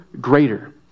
greater